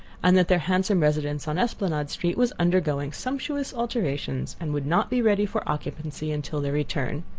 and that their handsome residence on esplanade street was undergoing sumptuous alterations, and would not be ready for occupancy until their return.